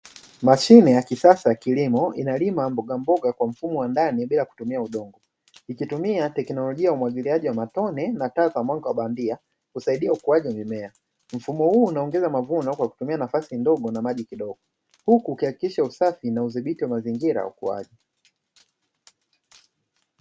Mashine ya kisasa ya kilimo, inalima mbogamboga kwa mfumo wa maji bila kutumia udongo. Ikitumia teknolojia ya umwagiliaji wa matone na taa za mwanga wa bandia, kusaidia ukuaji wa mimea. Mfumo huu unaongeza mavuno kwa kutumia nafasi ndogo na maji kidogo, huku ukihakikisha usafi, na udhibiti wa mazingira ya ukuaji.